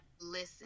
listen